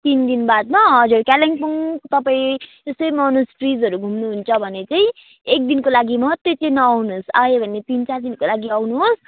तिन दिन बादमा हजुर कालिम्पोङ तपाईँ त्यस्तै मोनेस्ट्रिसहरू घुम्नुहुन्छ भने चाहिँ एक दिनको लागि मात्रै चाहिँ नआउनुहोस् आयो भने तिन चार दिनको लागि चाहिँ आउनुहोस्